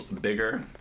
bigger